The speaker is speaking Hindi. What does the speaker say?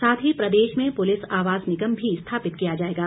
साथ ही प्रदेश में पुलिस आवास निगम भी स्थापित किया जाएगा